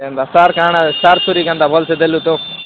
ଏନ୍ତା ସାର୍ କାଣା ସାର୍ ତୁରି କେନ୍ତା ଭଲ୍ସେ ଦେଲୁ ତ